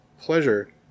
pleasure